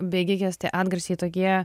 bėgikės tie atgarsiai tokie